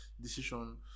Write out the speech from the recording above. decision